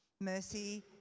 mercy